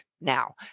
now